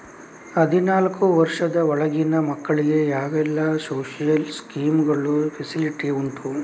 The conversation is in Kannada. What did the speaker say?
ಹದಿನಾಲ್ಕು ವರ್ಷದ ಒಳಗಿನ ಮಕ್ಕಳಿಗೆ ಯಾವೆಲ್ಲ ಸೋಶಿಯಲ್ ಸ್ಕೀಂಗಳ ಫೆಸಿಲಿಟಿ ಉಂಟು?